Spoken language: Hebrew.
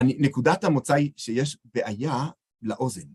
נקודת המוצא היא שיש בעיה לאוזן.